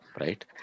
right